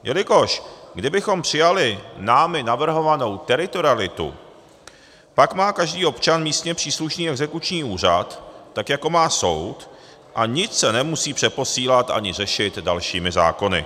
Jelikož kdybychom přijali námi navrhovanou teritorialitu, pak má každý občan místně příslušný exekuční úřad, tak jako má soud, a nic se nemusí přeposílat ani řešit dalšími zákony.